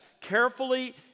carefully